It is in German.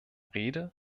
rede